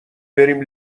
بریم